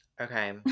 okay